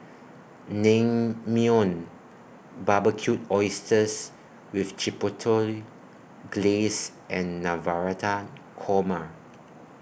Naengmyeon Barbecued Oysters with Chipotle Glaze and Navratan Korma